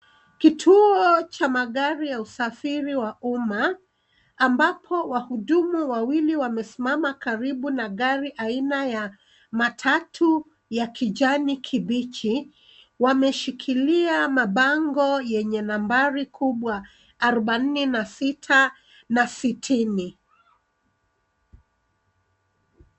Kituo cha magari ya usafiri wa umma, ambapo wahudumu wawili wamesimama karibu na gari aina ya matatu ya kijani kibichi, wameshikilia mabango yenye nambari kubwa, arobaini na sita na sitini.